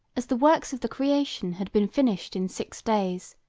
as the works of the creation had been finished in six days,